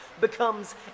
becomes